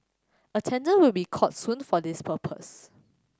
a tender will be called soon for this purpose